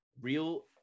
real